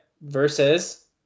versus